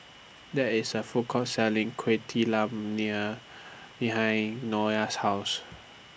There IS A Food Court Selling Kueh behind Nola's House